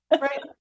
Right